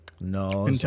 No